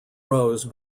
rose